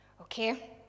Okay